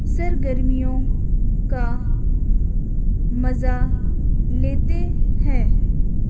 سرگرمیوں کا مزہ لیتے ہیں